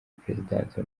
perezidansi